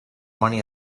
money